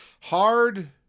hard